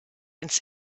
ins